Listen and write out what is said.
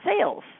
sales